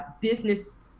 business